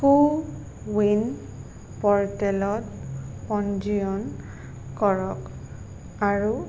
কো win প'ৰ্টেলত পঞ্জীয়ন কৰক আৰু